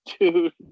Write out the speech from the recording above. dude